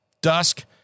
dusk